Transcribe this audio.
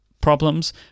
problems